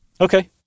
okay